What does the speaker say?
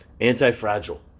anti-fragile